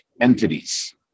entities